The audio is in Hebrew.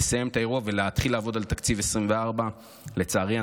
לסיים את האירוע ולהתחיל לעבוד על תקציב 2024. לצערי,